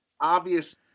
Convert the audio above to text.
obvious